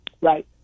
right